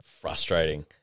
frustrating